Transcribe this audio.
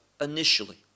initially